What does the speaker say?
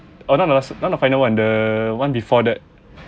oh not the not the final one the one before that